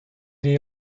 they